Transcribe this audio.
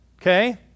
okay